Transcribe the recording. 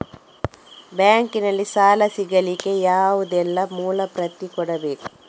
Bank ನಲ್ಲಿ ಸಾಲ ಸಿಗಲಿಕ್ಕೆ ಯಾವುದೆಲ್ಲ ಮೂಲ ಪ್ರತಿ ಕೊಡಬೇಕು?